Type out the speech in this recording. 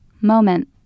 MOMENT